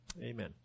Amen